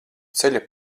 ceļa